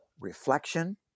reflection